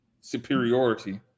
superiority